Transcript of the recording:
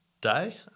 day